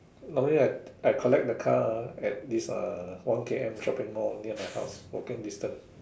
normally I I collect the car ah at this uh one K_M shopping Mall near my house walking distance